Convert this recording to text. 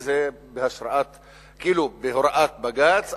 זה כאילו בהוראת בג"ץ,